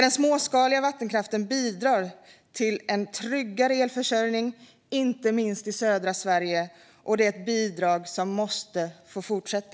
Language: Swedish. Den småskaliga vattenkraften bidrar till en tryggare elförsörjning, inte minst i södra Sverige, och det är ett bidrag som måste få fortsätta.